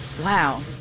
Wow